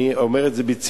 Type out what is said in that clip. אני אומר את זה בציניות,